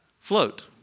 float